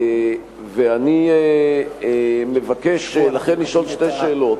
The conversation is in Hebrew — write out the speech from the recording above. ואני מבקש, לכן, לשאול שתי שאלות.